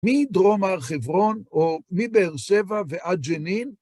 מדרום הר חברון או מבאר שבע ועד ג'נין?